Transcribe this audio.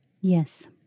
Yes